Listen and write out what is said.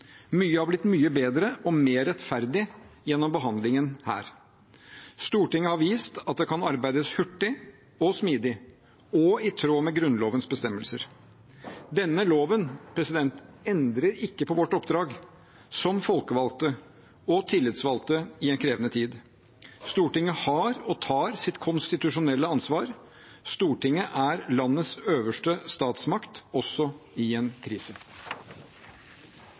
Mye har blitt mye bedre og mer rettferdig gjennom behandlingen her. Stortinget har vist at det kan arbeides hurtig og smidig og i tråd med Grunnlovens bestemmelser. Denne loven endrer ikke på vårt oppdrag som folkevalgte og tillitsvalgte i en krevende tid. Stortinget har, og tar, sitt konstitusjonelle ansvar. Stortinget er landets øverste statsmakt også i en krise.